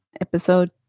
episode